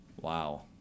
Wow